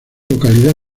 localidad